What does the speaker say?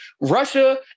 Russia